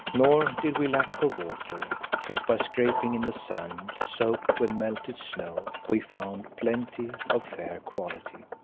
nor did we lack for water, since by scraping in the sand soaked with melted snow, we found plenty of fair quality.